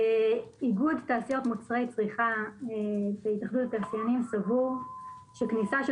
איגוד תעשיות מוצרי צריכה בהתאחדות התעשיינים סבור שכניסה של